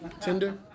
Tinder